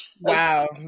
wow